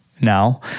now